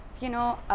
you know.